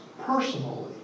personally